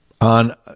on